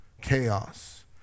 chaos